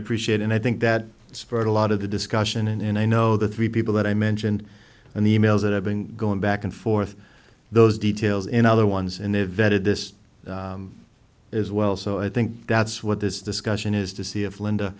appreciate and i think that spurred a lot of the discussion and i know the three people that i mentioned and the e mails that have been going back and forth those details in other ones and they vetted this as well so i think that's what this discussion is to see if linda